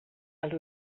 els